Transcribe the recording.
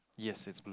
yes it's blue